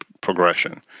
progression